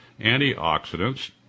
antioxidants